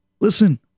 Listen